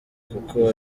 kuko